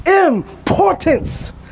importance